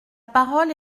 parole